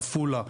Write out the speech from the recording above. עפולה,